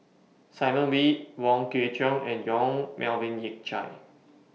Simon Wee Wong Kwei Cheong and Yong Melvin Yik Chye